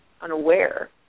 unaware